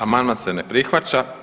Amandman se ne prihvaća.